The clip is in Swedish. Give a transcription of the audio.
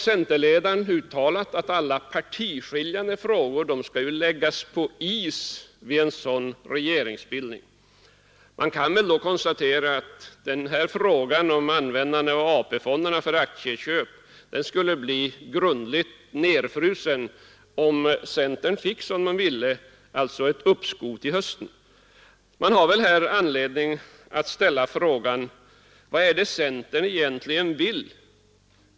Centerledaren har sagt att alla partiskiljande frågor skall läggas på is vid en sådan regeringsbildning, och då kan man konstarera att den här frågan om användandet av AP-fonderna för aktieköp skulle bli grundligt nedfrusen om centern får som den vill — alltså ett uppskov till hösten. Man har här anledning att ställa frågan: Vad är det egentligen centern vill?